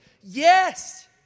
Yes